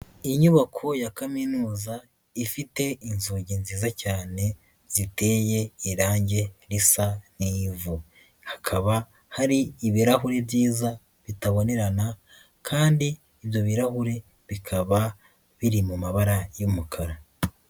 Inyubako ya kaminuza ifite inzugi nziza cyane, ziteye irangi risa n'ivu. Hakaba hari ibirahuri byiza bitabonerana, kandi ibyo birahuri bikaba biri mu mabara y'umukara.